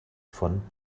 von